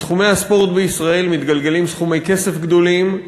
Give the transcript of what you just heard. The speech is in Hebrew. בתחומי הספורט בישראל מתגלגלים סכומי כסף גדולים,